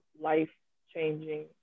life-changing